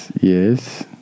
Yes